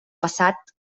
passat